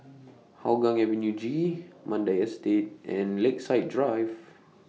Hougang Avenue G Mandai Estate and Lakeside Drive